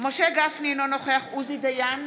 משה גפני, אינו נוכח עוזי דיין,